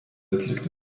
atlikti